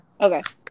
Okay